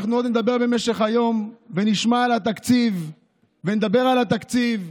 אנחנו עוד נדבר בהמשך היום ונשמע על התקציב ונדבר על התקציב,